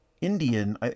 Indian